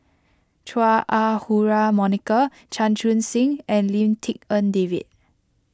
Chua Ah Huwa Monica Chan Chun Sing and Lim Tik En David